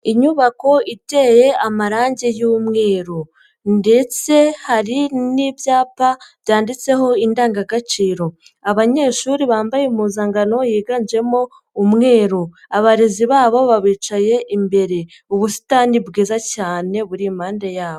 Inyubako iteye amarange y'umweru ndetse hari n'ibyapa byanditseho indangagaciro, abanyeshuri bambaye impuzangano yiganjemo umweru, abarezi babo babicaye imbere, ubusitani bwiza cyane buri impande yabo.